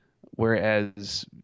Whereas